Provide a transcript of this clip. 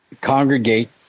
congregate